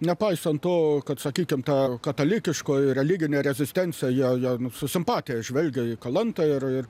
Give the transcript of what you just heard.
nepaisant to kad sakykim ta katalikiškoji religinė rezistencija ją ją su simpatija žvelgia į kalantą ir ir